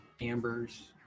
Ambers